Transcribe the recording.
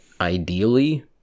ideally